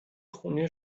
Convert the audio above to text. خونه